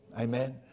Amen